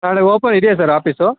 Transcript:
ನಾಳೆ ಓಪನ್ ಇದೆಯಾ sir office